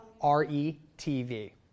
R-E-T-V